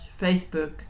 Facebook